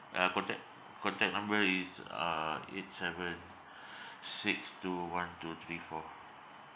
uh contact contact number is uh eight seven six two one two three four